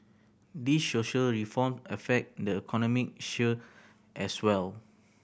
these social reform affect the economic as well